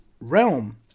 realm